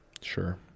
Sure